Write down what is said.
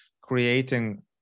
creating